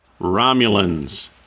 Romulans